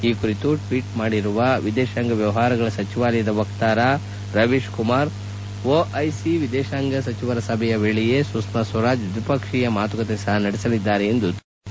ಈ ಕುರಿತು ಟ್ವೀಟ್ ಮಾಡಿರುವ ವಿದೇಶಾಂಗ ವ್ಯವಹಾರಗಳ ಸಚಿವಾಲಯದ ವಕ್ತಾರ ರವೀಶ್ ಕುಮಾರ್ ಒಐಸಿ ವಿದೇಶಾಂಗ ಸಚಿವರ ಸಭೆಯ ವೇಳೆಯೇ ಸುಷ್ಮಾ ಸ್ವರಾಜ್ ದ್ವಿಪಕ್ಷೀಯ ಮಾತುಕತೆಯನ್ನು ಸಹ ನಡೆಸಲಿದ್ದಾರೆ ಎಂದು ತಿಳಿಸಿದ್ದಾರೆ